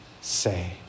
say